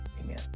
Amen